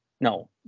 no